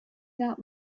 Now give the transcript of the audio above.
not